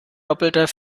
doppelter